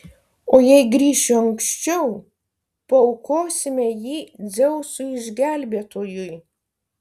o jei grįšiu anksčiau paaukosime jį dzeusui išgelbėtojui